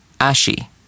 ashi